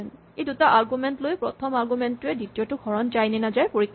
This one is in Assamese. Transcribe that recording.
ই দুটা আৰগুমেন্ট লৈ প্ৰথম আৰগুমেন্ট টোৱে দ্বিতীয়টোক হৰণ যায় নে নাই পৰীক্ষা কৰে